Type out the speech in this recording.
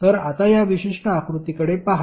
तर आता या विशिष्ट आकृतीकडे पहा